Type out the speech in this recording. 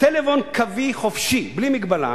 טלפון קווי חופשי, בלי מגבלה,